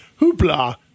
hoopla